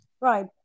right